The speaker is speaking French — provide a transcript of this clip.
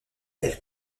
elle